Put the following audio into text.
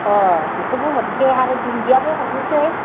अ बेखौबो हरनोसै आरो दुन्दियाबो हरनोसै